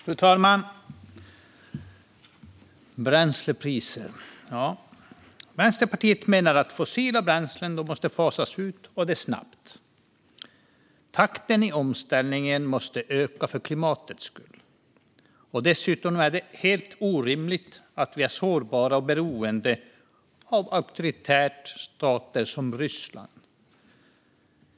Fru talman! Bränslepriserna, ja. Vänsterpartiet menar att fossila bränslen måste fasas ut och det snabbt. Takten i omställningen måste öka för klimatets skull. Dessutom är det helt orimligt att vi är sårbara och beroende av auktoritära stater som Ryssland.